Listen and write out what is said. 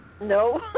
No